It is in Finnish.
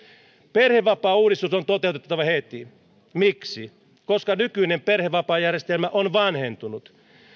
perhevapaauudistus on toteutettava heti miksi koska nykyinen perhevapaajärjestelmä on vanhentunut